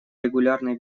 регулярный